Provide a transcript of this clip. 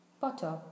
Potter